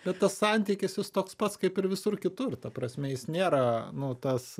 bet tas santykis jis toks pats kaip ir visur kitur ta prasme jis nėra nu tas